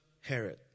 Herod